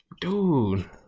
dude